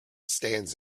stands